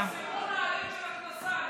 שיפרסמו נהלים של הכנסה,